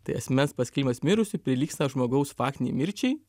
tai asmens paskelbimas mirusiu prilygsta žmogaus faktinei mirčiai